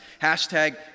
Hashtag